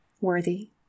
worthy